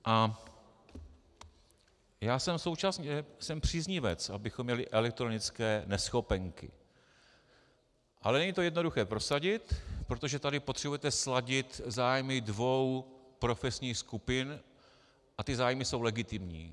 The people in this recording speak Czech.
A já jsem současně příznivec, abychom měli elektronické neschopenky, ale není to jednoduché prosadit, protože tady potřebujete sladit zájmy dvou profesních skupin a ty zájmy jsou legitimní.